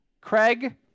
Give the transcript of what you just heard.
Craig